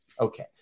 Okay